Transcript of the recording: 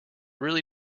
really